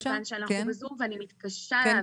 כיוון שאנחנו בזום ואני מתקשה להבין